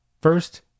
First